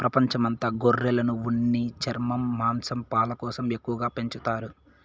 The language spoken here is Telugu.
ప్రపంచం అంత గొర్రెలను ఉన్ని, చర్మం, మాంసం, పాలు కోసం ఎక్కువగా పెంచుతారు